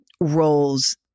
roles